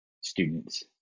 students